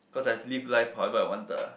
cause I have lived life however I wanted ah